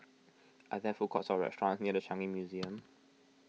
are there food courts or restaurants near the Changi Museum